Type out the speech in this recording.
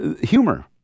humor